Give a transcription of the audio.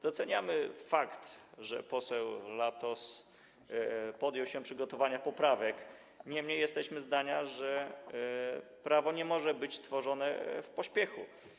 Doceniamy fakt, że poseł Latos podjął się przygotowania poprawek, niemniej jesteśmy zdania, że prawo nie może być tworzone w pośpiechu.